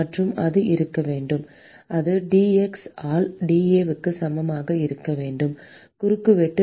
மற்றும் அது இருக்க வேண்டும் அது dx ஆல் dA க்கு சமமாக இருக்க வேண்டும் குறுக்குவெட்டு மாற்றம்